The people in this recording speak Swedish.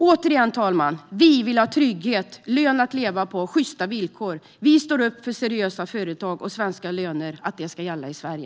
Återigen, herr talman: Vi vill ha trygghet, en lön att leva på och sjysta villkor. Vi står upp för seriösa företag och för att svenska löner ska gälla i Sverige.